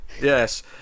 Yes